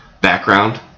background